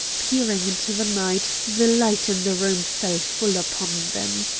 peering into the night, the light in the room fell full upon them.